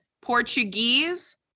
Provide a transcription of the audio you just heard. Portuguese